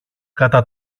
κατά